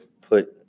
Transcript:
put